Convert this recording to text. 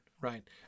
right